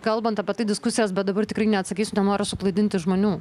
kalbant apie tai diskusijas bet dabar tikrai neatsakysiu nenoriu suklaidinti žmonių